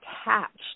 attached